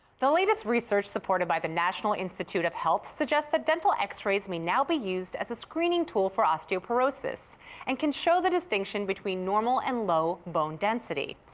the latest research supported by the national institute of health suggests that dental x-rays may now be used as a screening tool for osteoporosis and can show the distinction between normal and low bone density.